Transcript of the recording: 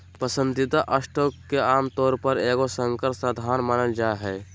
पसंदीदा स्टॉक के आमतौर पर एगो संकर साधन मानल जा हइ